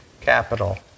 capital